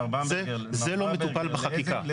מר במברגר, לאיזה?